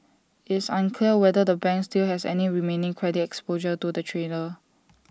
it's unclear whether the bank still has any remaining credit exposure to the trader